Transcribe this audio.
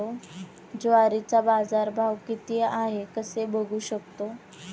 ज्वारीचा बाजारभाव किती आहे कसे बघू शकतो?